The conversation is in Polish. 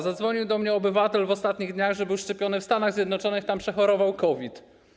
Zadzwonił do mnie obywatel w ostatnich dniach, że był szczepiony w Stanach Zjednoczonych, gdzie przechorował COVID.